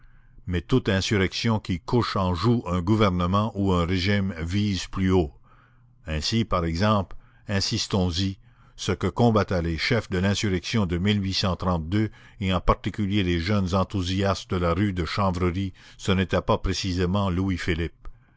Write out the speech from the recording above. mais toute insurrection qui couche en joue un gouvernement ou un régime vise plus haut ainsi par exemple insistons y ce que combattaient les chefs de l'insurrection de et en particulier les jeunes enthousiastes de la rue de la chanvrerie ce n'était pas précisément louis-philippe